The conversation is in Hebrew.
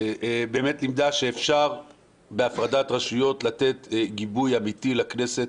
באמת לימדה שאפשר בהפרדת רשויות לתת גיבוי אמיתי לכנסת,